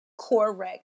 correct